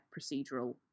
procedural